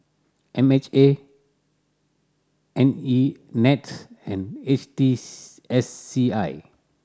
M H A N E NETS and H T S C I